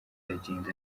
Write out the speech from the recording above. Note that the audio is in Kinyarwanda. aragenda